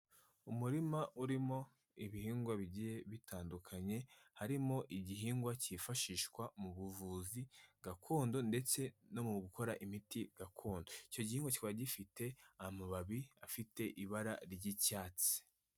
Umurima urimo ibihingwa bigiye bitandukanye, harimo igihingwa cyifashishwa mu buvuzi gakondo ndetse no mu gukora imiti gakondo. Icyo gihingwa kikaba gifite amababi afite ibara ry'icyatsi.